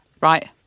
Right